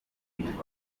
igihugu